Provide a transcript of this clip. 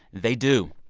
they do.